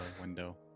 window